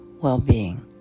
well-being